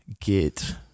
get